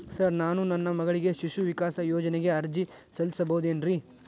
Sir ನಾನು ನನ್ನ ಮಗಳಿಗೆ ಶಿಶು ವಿಕಾಸ್ ಯೋಜನೆಗೆ ಅರ್ಜಿ ಸಲ್ಲಿಸಬಹುದೇನ್ರಿ?